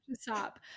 Stop